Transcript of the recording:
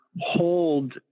hold